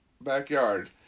backyard